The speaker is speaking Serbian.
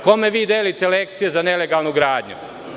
Kome vi delite lekcije za nelegalnu gradnju?